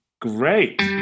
great